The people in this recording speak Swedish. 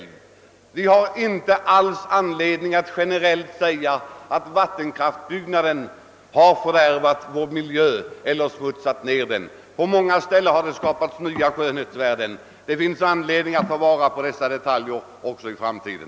Därför har vi inte alls någon generell anledning påstå att vattenkraftsutbyggnaden har fördärvat vår miljö eller smutsat ned den. På många ställen har den skapat nya skönhetsvärden. Det finns skäl att ta vara på dessa detaljer också i framtiden.